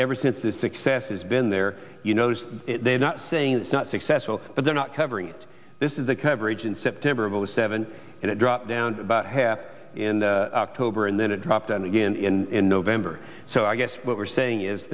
ever since the success has been there you know they're not saying it's not successful but they're not covering it this is the coverage in september of zero seven and it dropped down about half in october and then it dropped on again in november so i guess what we're saying is